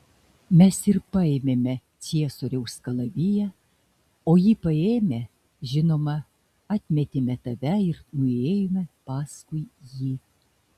mes ir paėmėme ciesoriaus kalaviją o jį paėmę žinoma atmetėme tave ir nuėjome paskui jį